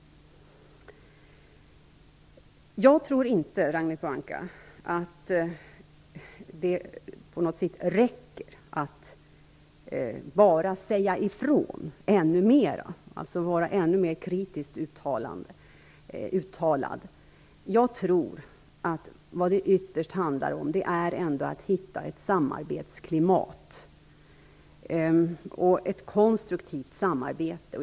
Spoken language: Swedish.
Jag tror inte, Ragnhild Pohanka, att det räcker att bara säga ifrån ännu mer, alltså att vara mer uttalat kritisk. Jag tror att det ytterst handlar om att hitta ett klimat för konstruktivt samarbete.